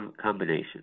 combination